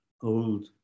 old